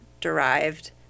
Derived